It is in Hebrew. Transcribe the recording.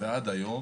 ועד היום,